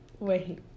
Wait